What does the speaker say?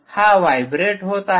हा व्हायब्रेट होत आहे